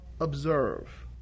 observe